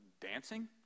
dancing